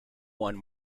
one